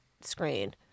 screen